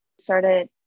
started